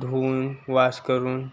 धुऊन वाश करून